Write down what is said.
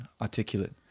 articulate